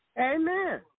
Amen